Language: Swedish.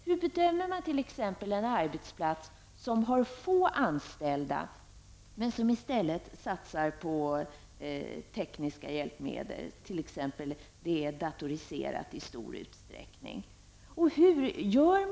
Hur bedömer man t.ex. en arbetsplats som har få anställda, men som i stället satsar på tekniska hjälpmedel, t.ex. ett företag som i stor utsträckning är datoriserat?